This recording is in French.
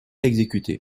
exécuté